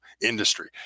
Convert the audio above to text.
industry